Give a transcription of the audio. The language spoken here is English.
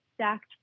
stacked